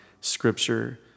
scripture